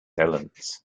elements